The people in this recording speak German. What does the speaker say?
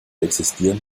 existieren